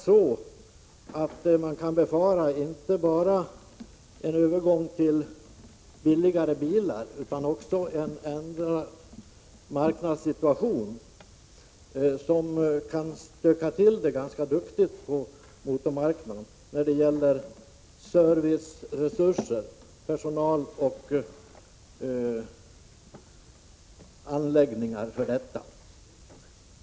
Vad man kan befara är inte bara en övergång till billigare bilar utan även en ändrad marknadssituation, som kan stöka till det ganska duktigt på motormarknaden i fråga om serviceresurser i form av personal och anläggningar.